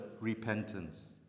repentance